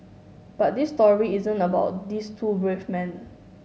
but this story isn't about these two brave men